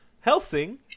Helsing